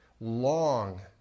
long